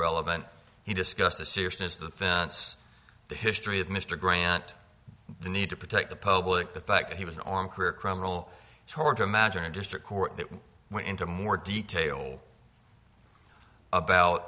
relevant he discussed the seriousness of the fence the history of mr grant the need to protect the public the fact that he was on career criminal torture imagine a district court that went into more detail about